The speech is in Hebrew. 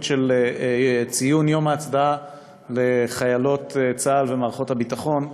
של ציון יום ההצדעה לחיילות צה"ל ומערכות הביטחון.